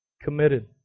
committed